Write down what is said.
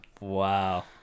Wow